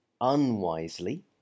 unwisely